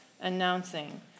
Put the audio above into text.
announcing